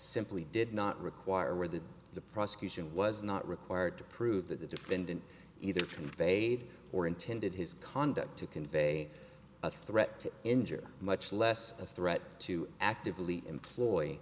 simply did not require or that the prosecution was not required to prove that the defendant either conveyed or intended his conduct to convey a threat to injure much less a threat to actively employ